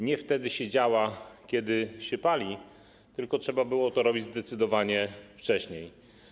Nie wtedy się działa, kiedy się pali, tylko trzeba było to robić zdecydowanie wcześniej.